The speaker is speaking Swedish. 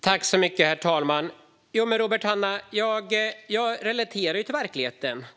Herr talman! Robert Hannah, jag relaterar ju till verkligheten.